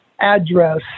address